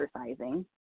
exercising